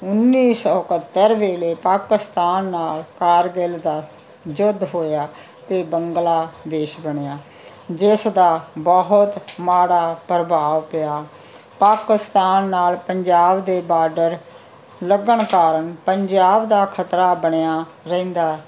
ਉੱਨੀ ਸੌ ਇਕਹੱਤਰ ਵੇਲੇ ਪਾਕਿਸਤਾਨ ਨਾਲ ਕਾਰਗਿਲ ਦਾ ਯੁੱਧ ਹੋਇਆ ਅਤੇ ਬੰਗਲਾਦੇਸ਼ ਬਣਿਆ ਜਿਸ ਦਾ ਬਹੁਤ ਮਾੜਾ ਪ੍ਰਭਾਵ ਪਿਆ ਪਾਕਿਸਤਾਨ ਨਾਲ ਪੰਜਾਬ ਦੇ ਬਾਰਡਰ ਲੱਗਣ ਕਾਰਨ ਪੰਜਾਬ ਦਾ ਖਤਰਾ ਬਣਿਆ ਰਹਿੰਦਾ